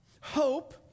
hope